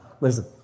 Listen